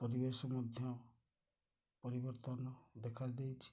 ପରିବେଶ ମଧ୍ୟ ପରିବର୍ତ୍ତନ ଦେଖାଦେଇଛି